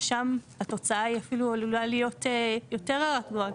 ששם התוצאה היא אפילו עלולה להיות יותר הרת גורל,